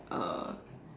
uh